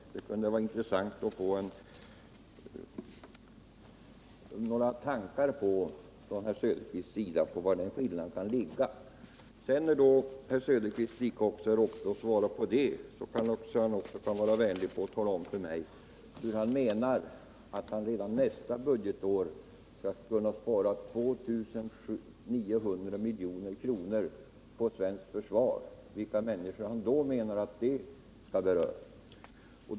Det vore intressant om herr Söderqvist kunde förklara vad denna skillnad kan bero på. När herr Söderqvist svarar på den frågan kanske han också kan vara vänlig och tala om för mig hur han menar att man redan nästa budgetår skall kunna spara 2 900 milj.kr. på svenskt försvar. Vilka människor skall det beröra?